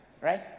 Right